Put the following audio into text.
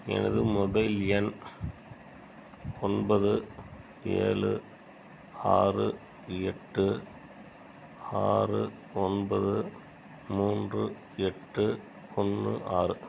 எனது மொபைல் எண் ஒன்பது ஏழு ஆறு எட்டு ஆறு ஒன்பது மூன்று எட்டு ஒன்று ஆறு